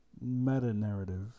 meta-narrative